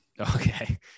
Okay